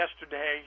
Yesterday